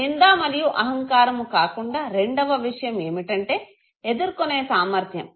నింద మరియు అహంకారము కాకుండా రెండవ విషయం ఏమిటంటే ఎదుర్కొనే సామర్ధ్యం